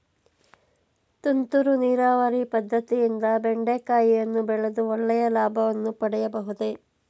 ತುಂತುರು ನೀರಾವರಿ ಪದ್ದತಿಯಿಂದ ಬೆಂಡೆಕಾಯಿಯನ್ನು ಬೆಳೆದು ಒಳ್ಳೆಯ ಲಾಭವನ್ನು ಪಡೆಯಬಹುದೇ?